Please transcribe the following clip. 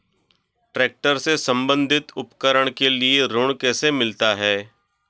Tractor से संबंधित उपकरण के लिए ऋण कैसे मिलता है?